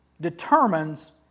determines